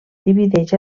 divideix